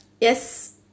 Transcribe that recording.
yes